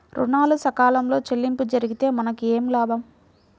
ఋణాలు సకాలంలో చెల్లింపు జరిగితే మనకు ఏమి లాభం?